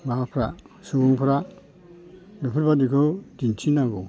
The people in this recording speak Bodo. माबाफ्रा सुबुंफ्रा बेफोरबादिखौ दिन्थि नांगौ